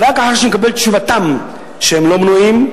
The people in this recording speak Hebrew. ורק אחרי שהוא מקבל את תשובתם שהם מנועים,